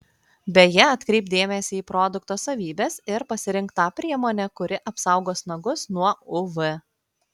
beje atkreipk dėmesį į produkto savybes ir pasirink tą priemonę kuri apsaugos nagus nuo uv